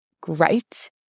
great